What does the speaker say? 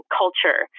culture